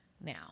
now